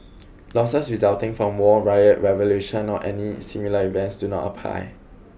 losses resulting from war riot revolution or any similar events do not apply